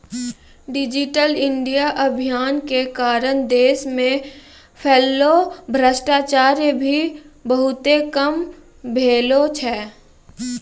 digital India अभियान के कारण देश मे फैल्लो भ्रष्टाचार भी बहुते कम भेलो छै